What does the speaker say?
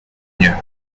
nie